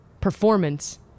performance